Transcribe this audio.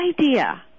idea